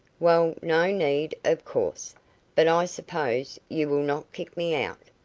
well, no need, of course but i suppose you will not kick me out.